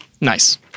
Nice